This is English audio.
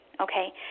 Okay